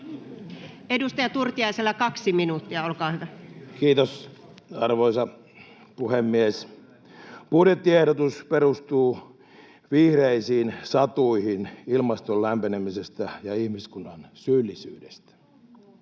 Edustaja Turtiaiselle 2 minuuttia, olkaa hyvä. Kiitos, arvoisa puhemies! Budjettiehdotus perustuu vihreisiin satuihin ilmaston lämpenemisestä ja ihmiskunnan syyllisyydestä.